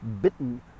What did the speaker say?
bitten